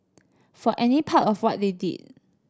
for any part of what they did